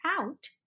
out